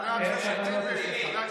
חבר הכנסת טיבי,